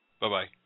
Bye-bye